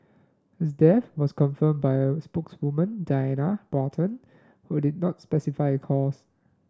his death was confirmed by a spokeswoman Diana Baron who did not specify a cause